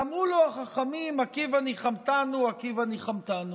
ואמרו לו החכמים: עקיבא, ניחמתנו, עקיבא, ניחמתנו.